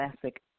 classic